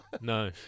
No